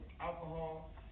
alcohol